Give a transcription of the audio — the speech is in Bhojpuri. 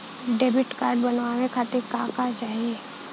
डेबिट कार्ड बनवावे खातिर का का चाही?